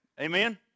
Amen